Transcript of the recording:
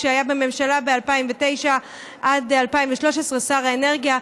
כשהיה בממשלה ב-2009 2013 שר האנרגיה.